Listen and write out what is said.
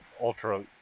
ultra